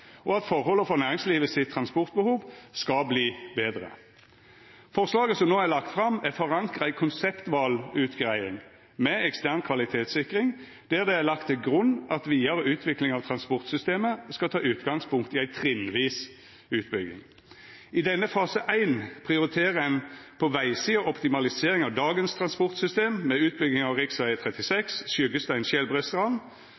og at forholda for næringslivets transportbehov skal verta betre. Forslaget som no er lagt fram, er forankra i ei konseptvalutgreiing med ekstern kvalitetssikring, der det er lagt til grunn at vidare utvikling av transportsystemet skal ta utgangspunkt i ei trinnvis utbygging. I denne fase 1 prioriterer ein på vegsida optimalisering av dagens transportsystem med utbygging av